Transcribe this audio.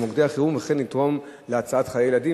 מוקדי החירום וכן זה יתרום להצלת חיי ילדים,